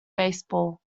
baseball